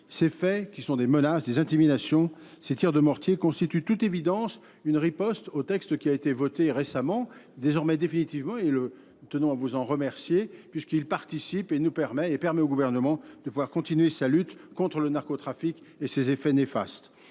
Ces faits, qui sont des menaces, des intimidations, ces tirs de mortiers, constituent toute évidence une riposte au texte qui a été voté récemment, désormais définitivement et le tenons à vous en remercier puisqu'il participe et nous permet et permet au gouvernement de pouvoir continuer sa lutte contre le narcotrafique et ses effets néfastes.